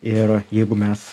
ir jeigu mes